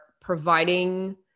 providing